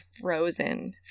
frozen